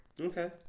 Okay